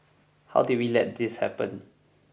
how did we let this happen